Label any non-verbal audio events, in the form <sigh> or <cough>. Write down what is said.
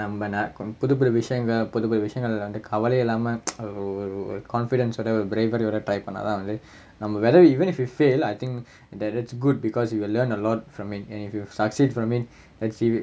நம்ம நா புதுப்புது விஷயங்கள் புதுப்புது விஷயங்கள் வந்து கவலை இல்லாம:namma naa puthupputhu vishayangal puthupputhu vishayangal vanthu kavalai illaama <noise> ஒரு:oru confidence ஓட ஒரு:oda oru bravery ஓட:oda try பண்ணாத்தான் வந்து நம்ம:pannaathaan vanthu namma very and even if you fail I think that it's good because you learn a lot from it and if you succeed from it